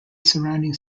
surrounding